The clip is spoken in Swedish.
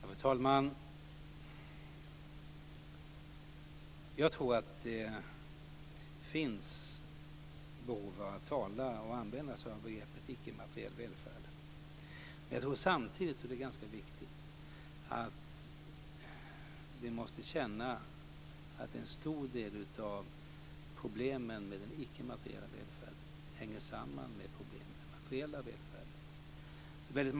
Fru talman! Jag tror att det finns ett behov av att tala om och använda sig av begreppet ickemateriell välfärd. Men jag tror samtidigt - och det är ganska viktigt - att vi måste känna att en stor del av problemen med den ickemateriella välfärden hänger samman med problemen med den materiella välfärden.